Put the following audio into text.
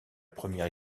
première